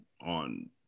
on